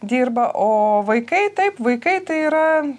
dirba o vaikai taip vaikai tai yra